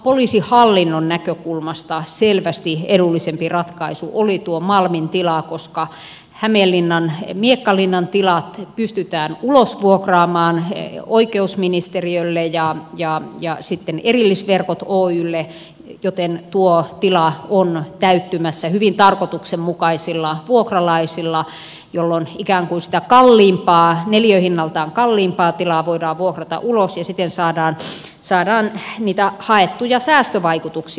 poliisihallinnon näkökulmasta selvästi edullisempi ratkaisu oli tuo malmin tila koska hämeenlinnan miekkalinnan tilat pystytään ulosvuokraamaan oikeusministeriölle ja sitten erillisverkot oylle joten tuo tila on täyttymässä hyvin tarkoituksenmukaisilla vuokralaisilla jolloin ikään kuin sitä neliöhinnaltaan kalliimpaa tilaa voidaan vuokrata ulos ja siten saadaan niitä haettuja säästövaikutuksia